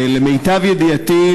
למיטב ידיעתי,